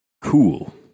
cool